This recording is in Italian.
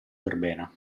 verbena